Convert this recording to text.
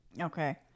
Okay